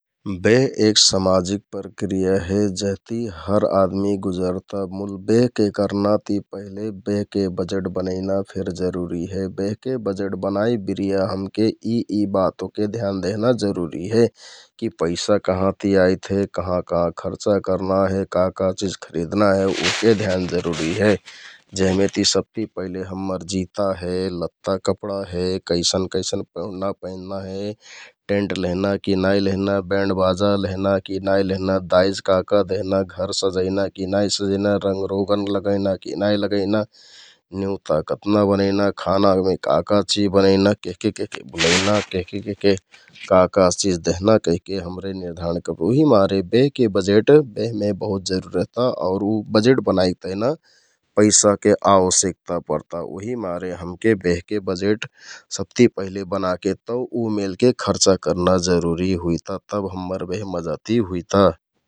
बेह एक समाजिक प्रक्रिया हे जेहति हरआदमि गुजरता मुल बेहके करना ति पहिले बेहके बजेट बनैना फेर जरूरी हे । बेहके बजेट बनाइ बिरिया हमके यि यि बात ओहके ध्यान देहना जरुरी हे । कि पैंसा कहाँ ति आइथे, कहाँ कहाँ खर्चा करना हे, का का चिझ खरिदना हे ओहके ध्यान जरुरी हे । जेहमेति सबति पहिले हम्मर जिता हे, लत्ता कपडा हे, कैसन कैसन पैंधना पैंध्ना हे, टेन्ट लेहना कि नाइ लेहना, ब्यन्ड बाजा लेहना कि नाइ लेहना, दाइज का का देहना, घर सजैना कि नाइ सजैना, रंग रोगन लगैना कि नाइ लगैना, निउँता कतना बनैना, खानामे का का चिज बनैना, केहके केहके बुलैना केहके केहके का का चिज देहना कहिके हमरे निर्धारण उहिमारे बेहके बजेट बेहमे बहुत जरुरत रहता । आउर उ बजेट बनाइक तेहना पैंसा आवश्यकता परता उहिमारे हमके बेहके बजेट सबति पहिले बनाके तौ उ मेलके खर्चा करना जरुरी हुइता । तब हम्मर बेह मजा ति हुइता ।